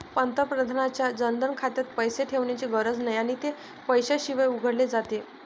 पंतप्रधानांच्या जनधन खात्यात पैसे ठेवण्याची गरज नाही आणि ते पैशाशिवाय उघडले जाते